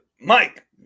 Mike